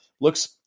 Looks